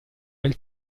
del